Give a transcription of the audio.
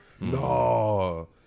No